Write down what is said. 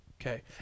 Okay